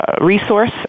Resource